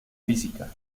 física